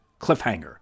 cliffhanger